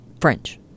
French